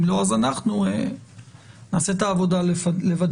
אם לא אנחנו נעשה את העבודה לבדנו.